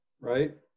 right